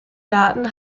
daten